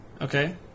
Okay